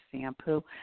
shampoo